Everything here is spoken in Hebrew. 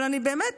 אבל באמת,